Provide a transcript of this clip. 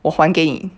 我还给你